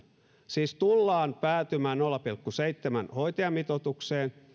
siis tullaan päätymään nolla pilkku seitsemän hoitajamitoitukseen